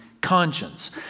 conscience